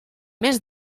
més